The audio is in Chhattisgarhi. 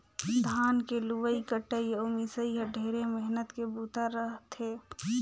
धान के लुवई कटई अउ मिंसई ह ढेरे मेहनत के बूता रह थे